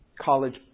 college